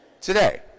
today